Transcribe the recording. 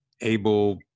able